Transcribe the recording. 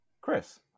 chris